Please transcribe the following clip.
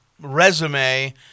resume